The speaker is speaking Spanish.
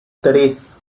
tres